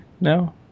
No